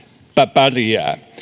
pärjää